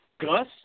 Gus